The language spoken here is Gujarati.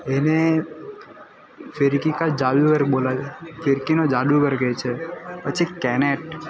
એને ફીરકી કા જાદૂગર બોલે છે ફિરકીનો જાદુગર કહે છે પછી કેનેટ